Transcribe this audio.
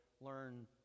learn